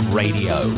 radio